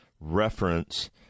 reference